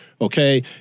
okay